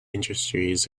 industries